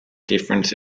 difference